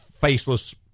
faceless